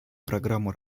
программу